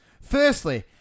Firstly